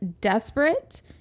desperate